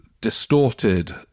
distorted